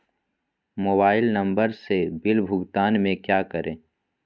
Mobile number से bill भुगतान में क्या करें?